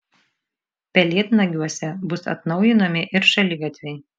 pelėdnagiuose bus atnaujinami ir šaligatviai